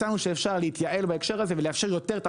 מצאנו שאפשר להתייעל בהקשר הזה ולאפשר יותר תחרות.